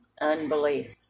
Unbelief